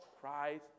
Christ